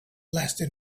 lasted